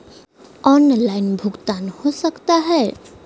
Online भुगतान हो सकता है?